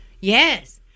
Yes